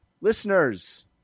listeners